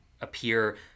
appear